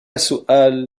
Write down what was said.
سؤال